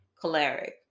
choleric